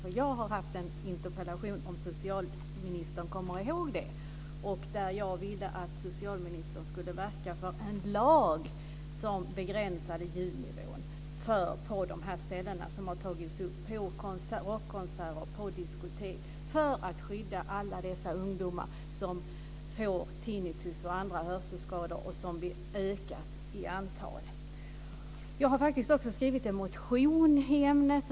Jag har tidigare ställt en interpellation, vilket socialministern kanske kommer ihåg, där jag ville att socialministern skulle verka för en lag som begränsar ljudnivån på rockkonserter och diskotek för att skydda alla dessa ungdomar som riskerar att få tinnitus och andra hörselskador och som har ökat i antal. Jag har faktiskt också skrivit en motion i ämnet.